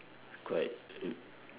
quite